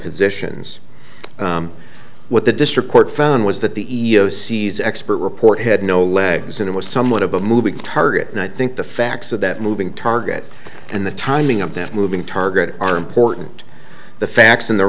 positions what the district court found was that the e e o c s expert report had no legs and it was somewhat of a moving target and i think the facts of that moving target and the timing of them moving target are important the facts in the